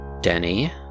Denny